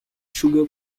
sugar